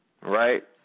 Right